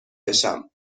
بشم